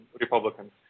Republicans